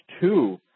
two